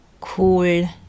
cool